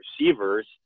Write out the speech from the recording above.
receivers